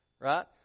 Right